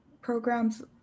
programs